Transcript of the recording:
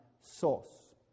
source